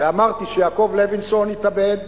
אמרתי שיעקב לוינסון התאבד,